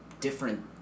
different